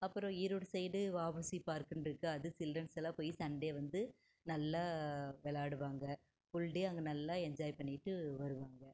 அப்புறம் ஈரோடு சைடு வஉசி பார்க்குன்னு இருக்கு அது சில்ட்ரன்ஸ் எல்லாம் போய் சன்டே வந்து நல்லா விளாடுவாங்க ஃபுல்டே அங்கே நல்லா என்ஜாய் பண்ணிவிட்டு வருவாங்க